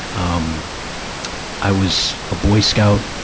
um i was a boy scout.